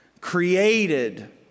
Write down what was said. created